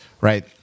right